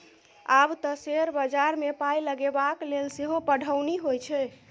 आब तँ शेयर बजारमे पाय लगेबाक लेल सेहो पढ़ौनी होए छै